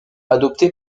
adopté